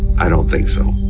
i don't think so.